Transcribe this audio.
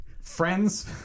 friends